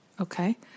Okay